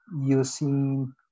using